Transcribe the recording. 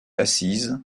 assises